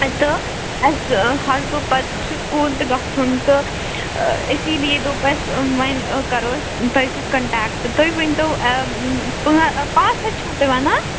تہٕ اسہِ حظ دوٚپ پَتہٕ چھُ سکوٗل تہِ گَژھُن تہٕ اِسی لیے دوٚپ اسہِ وۅنۍ کَرو أسۍ تۅہہِ سۭتۍ کَنٹیکٹہٕ تُہۍ ؤنۍتَو پاںٛ پانٛژھ ہَتھ چھُو تُہۍ وَنان